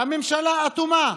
והממשלה אטומה,